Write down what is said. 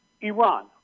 Iran